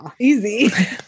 easy